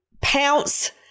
pounce